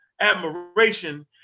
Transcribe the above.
admiration